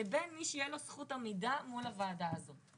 לבין מי שתהיה לו זכות עמידה מול הוועדה הזאת.